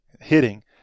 hitting